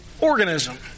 organism